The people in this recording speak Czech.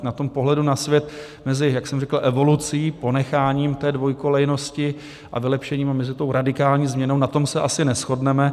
na tom pohledu na svět mezi, jak jsem říkal, evolucí, ponecháním té dvojkolejnosti, a vylepšením, a mezi tou radikální změnou, na tom se asi neshodneme.